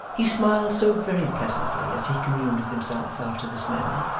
he smiled so very pleasantly as he communed with himself after this manner,